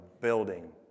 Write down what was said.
building